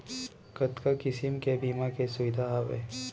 कतका किसिम के बीमा के सुविधा हावे?